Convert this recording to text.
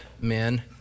men